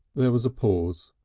there was a pause.